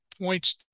points